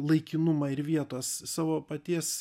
laikinumą ir vietos savo paties